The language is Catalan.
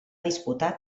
disputar